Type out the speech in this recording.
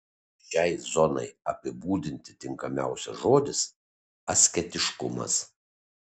šiai zonai apibūdinti tinkamiausias žodis asketiškumas